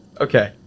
Okay